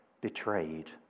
betrayed